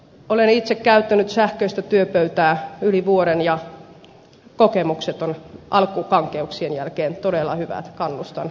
olen itse käyttänyt sähköistä työpöytää yli vuoden ja kokemukset ovat alkukankeuksien jälkeen todella hyvät